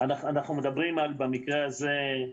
אנחנו מדברים במקרה הזה,